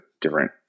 different